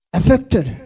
affected